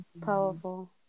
powerful